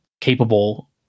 capable